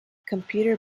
computer